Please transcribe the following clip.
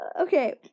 okay